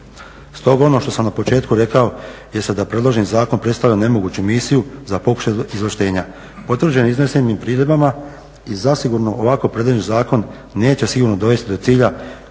Stoga ono što sam na početku rekao jeste da predloženi zakon predstavlja nemoguću misiju za pokušaj izvlaštenja. Potvrđeni iznesenim primjedbama i zasigurno ovako predloženi zakon neće sigurno dovesti do cilja